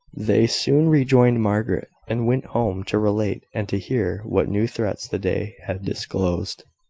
they soon rejoined margaret, and went home to relate and to hear what new threats the day had disclosed.